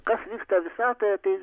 kas vyksta visatoje tai